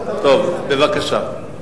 טוב, בבקשה.